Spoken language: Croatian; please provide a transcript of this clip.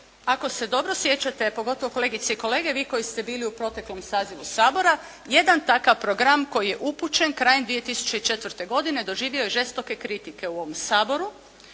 ako se dobro sjećate pogotovo kolegice i kolege vi koji ste bili u proteklom sazivu Sabora jedan takav program koji je upućen krajem 2004. godine doživio je žestoke kritike u ovom Saboru